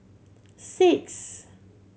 six